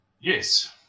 Yes